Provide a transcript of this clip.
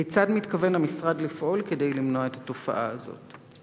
כיצד מתכוון המשרד לפעול כדי למנוע את התופעה הזאת?